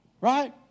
right